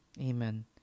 Amen